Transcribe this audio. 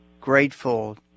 grateful